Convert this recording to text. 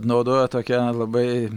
naudoja tokią labai